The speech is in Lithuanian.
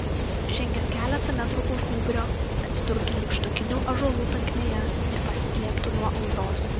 žengęs keletą metrų už gūbrio atsidurtų nykštukinių ąžuolų tankmėje ir pasislėptų nuo audros